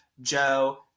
Joe